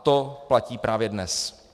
To platí právě dnes.